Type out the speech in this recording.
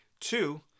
Two